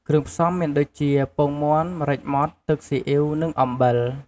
គ្រឿងផ្សំមានដូចជា ពងមាន់ ម្រេចម៉ដ្ឋ ទឹកស៊ីអ៉ីវ និងអំបិល ។